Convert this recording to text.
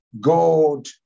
God